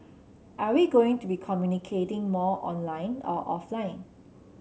are we going to be communicating more online or offline